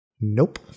Nope